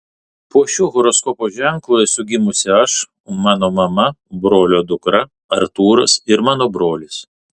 po šiuo horoskopo ženklu esu gimus aš mano mama brolio dukra artūras ir mano brolis